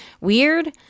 weird